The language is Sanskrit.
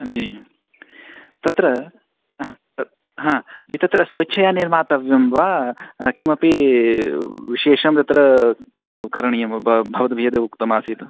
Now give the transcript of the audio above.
जी तत्र आ हा जि तत्र स्वेच्छया निर्मातव्यं वा किमपि विशेषं तत्र ब् करणीयं वा भवद्भिः यदुक्तमासीत्